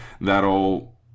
that'll